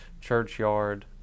churchyard